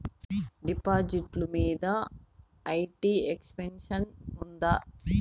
డిపాజిట్లు మీద IT exemption ఉందా?